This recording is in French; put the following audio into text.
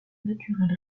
naturel